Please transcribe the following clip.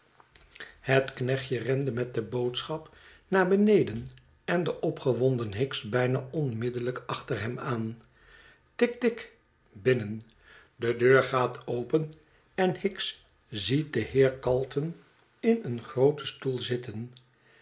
het knechtje rende met de boodschap naar beneden en de opgewonden hicks bijna onmiddellijk achter hem aan tik tik binnen de deur gaat open en hicks ziet den heer calton in een grooten stoel zitten